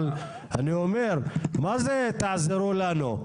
אבל אני אומר מה זה תעזרו לנו?